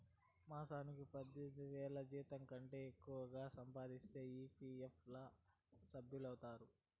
మాసానికి పదైదువేల జీతంకంటే ఎక్కువగా సంపాదిస్తే ఈ.పీ.ఎఫ్ ల సభ్యులౌతారు